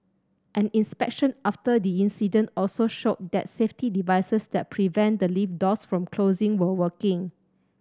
an inspection after the incident also showed that safety devices that prevent the lift doors from closing were working